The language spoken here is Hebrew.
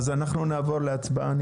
אני מציע שנעבור להצבעה.